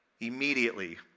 Immediately